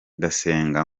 ndasenga